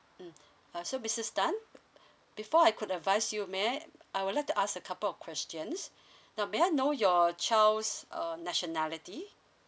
mm uh so missus tan before I could advise you may I I would like to ask a couple of questions now may I know your child's um nationality